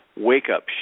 wake-up